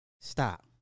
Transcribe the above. stop